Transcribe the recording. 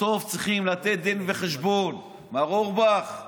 בסוף צריכים לתת דין וחשבון, מר אורבך,